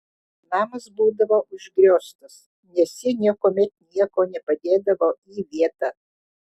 namas būdavo užgrioztas nes ji niekuomet nieko nepadėdavo į vietą